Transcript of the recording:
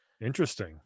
interesting